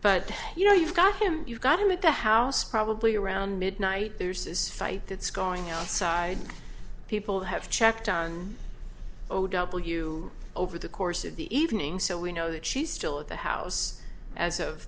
but you know you've got him you've got him at the house probably around midnight there's this fight that's going outside people have checked on o w over the course of the evening so we know that she's still at the house as of